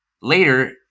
later